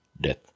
death